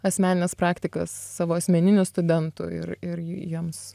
asmenines praktikas savo asmeninių studentų ir ir jiems